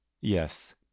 Yes